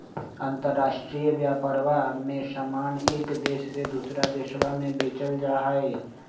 अंतराष्ट्रीय व्यापरवा में समान एक देश से दूसरा देशवा में बेचल जाहई